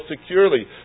securely